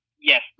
Yes